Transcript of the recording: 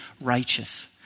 righteous